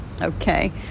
okay